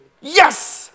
Yes